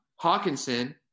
hawkinson